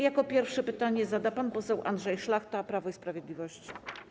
Jako pierwszy pytanie zada pan poseł Andrzej Szlachta, Prawo i Sprawiedliwość.